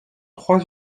trois